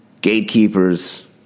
Gatekeepers